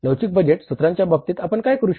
लवचिक बजेट सूत्रांच्या बाबतीत आपण काय करू